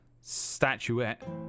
statuette